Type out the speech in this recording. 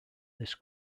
this